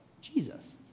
jesus